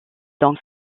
dans